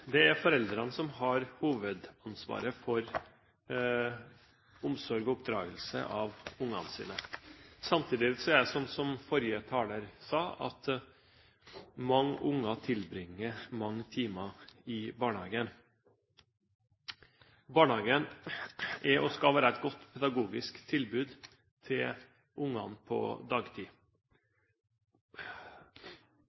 Det er foreldrene som har hovedansvaret for omsorg og oppdragelse av barna sine. Samtidig er det slik, som forrige taler sa, at mange barn tilbringer mange timer i barnehagen. Barnehagen er og skal være et godt pedagogisk tilbud til barna på dagtid.